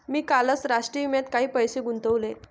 मी कालच राष्ट्रीय विम्यात काही पैसे गुंतवले